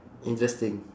interesting